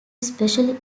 especially